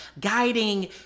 guiding